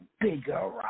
Bigger